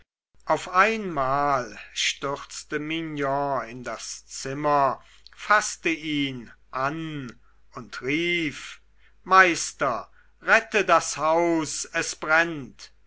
auf einmal stürzte mignon in das zimmer faßte ihn an und rief meister rette das haus es brennt